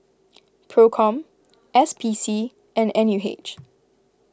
Procom S P C and N U H